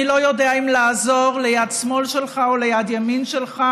אני לא יודע אם לעזור ליד שמאל שלך או ליד ימין שלך.